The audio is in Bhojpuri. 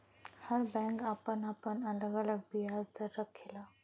हर बैंक आपन आपन अलग अलग बियाज दर रखला